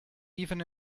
even